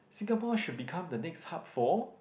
Singapore should become the next hub for